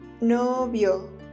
Novio